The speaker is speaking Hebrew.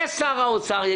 ושר האוצר,